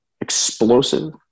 explosive